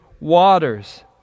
waters